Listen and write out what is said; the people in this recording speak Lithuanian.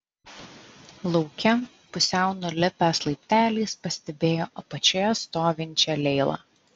lauke pusiau nulipęs laipteliais pastebėjo apačioje stovinčią leilą